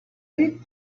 hate